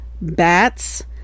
bats